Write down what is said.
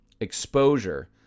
exposure